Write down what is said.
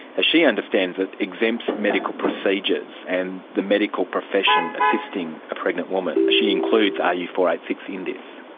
as she understands it, exempts medical procedures and the medical profession assisting a pregnant woman. she includes r u four eight six in this.